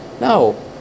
No